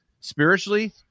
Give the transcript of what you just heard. spiritually